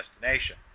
destination